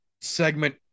segment